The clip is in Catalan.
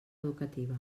educativa